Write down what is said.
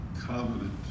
covenant